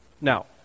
Now